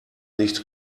nicht